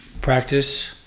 Practice